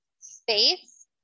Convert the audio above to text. space